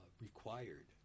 required